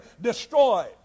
destroyed